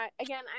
again